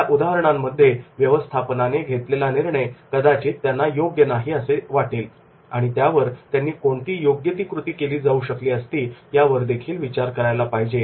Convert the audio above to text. या उदाहरणांमध्ये व्यवस्थापनाने घेतलेला निर्णय कदाचित त्यांना योग्य नाही असे त्यांना वाटेल आणि त्यावर त्यांनी कोणती योग्य ती कृती केली जाऊ शकली असती यावर देखील विचार करायला पाहिजे